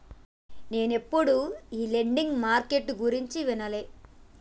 నేనెప్పుడు ఈ lending market గురించి వినలే